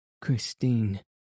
Christine